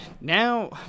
now